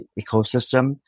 ecosystem